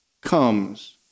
comes